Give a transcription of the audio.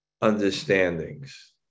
understandings